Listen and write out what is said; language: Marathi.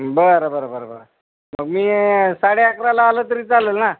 बरं बरं बरं बरं मग मी साडे अकराला आलं तरी चालेल ना